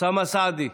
אוסאמה סעדי,